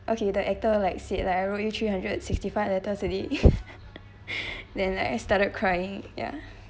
okay the actor like said like I wrote you three hundred and sixty-five letters already then like I started crying ya